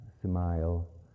smile